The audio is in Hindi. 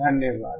धन्यवाद